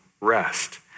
rest